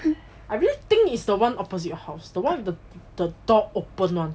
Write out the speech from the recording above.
I really think it's the one opposite your house the one with the door open [one]